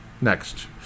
next